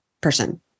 person